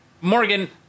Morgan